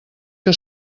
que